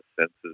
senses